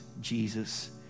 Jesus